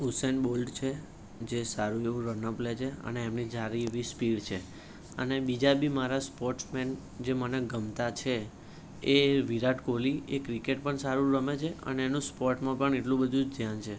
Usain Bolt છે જે સારું એવું રન અપ લે છે અને એમની સારી એવી સ્પીડ છે અને બીજા બી મારા સ્પોર્ટ્સ મેન જે મને ગમતા છે એ વિરાટ કોહલી એ ક્રિકેટ પણ સારું રમે જે અને એનું સ્પોર્ટ્સમાં પણ એટલું બધુ જ ધ્યાન છે